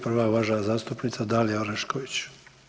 Prva je uvažena zastupnica Dalija Orešković.